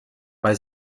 bei